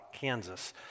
Kansas